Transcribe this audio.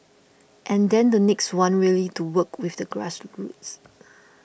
and then the next one really to work with the grassroots